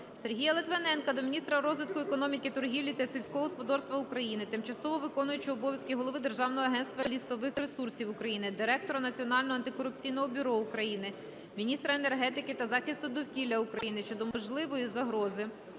Сергія Литвиненка до міністра розвитку економіки, торгівлі та сільського господарства України, тимчасово виконуючого обов'язки голови Державного агентства лісових ресурсів України, Директора Національного антикорупційного бюро України, міністра енергетики та захисту довкілля України щодо можливої загрози